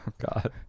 God